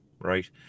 right